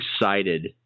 excited